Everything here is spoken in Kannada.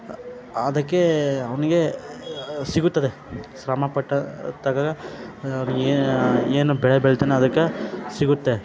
ಅದಕ್ಕೆ ಅವನಿಗೆ ಸಿಗುತ್ತದೆ ಶ್ರಮಪಟ್ಟ ತಕ್ಕಗ ಏನು ಏನು ಬೆಳೆ ಬೆಳಿತಾನ ಅದಕ್ಕೆ ಸಿಗುತ್ತೆ